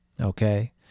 Okay